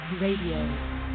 Radio